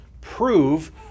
prove